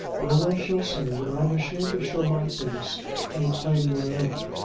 no one shall say that i am ashamed to show my face and claim my own.